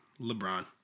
LeBron